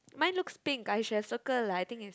mine looks pink I should have circle lah I think it's